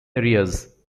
areas